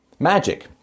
Magic